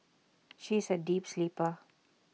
she is A deep sleeper